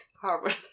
harvard